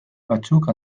batzuk